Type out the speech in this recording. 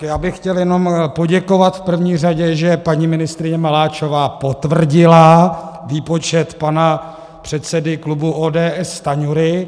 Já bych chtěl jenom poděkovat v první řadě, že paní ministryně Maláčová potvrdila výpočet pana předsedy klubu ODS Stanjury.